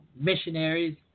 missionaries